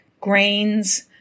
grains